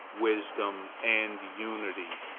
wisdom and unity.